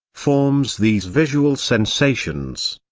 forms these visual sensations.